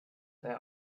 their